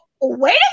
wait